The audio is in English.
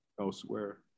elsewhere